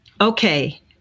okay